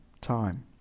time